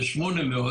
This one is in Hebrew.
בגיל העמידה,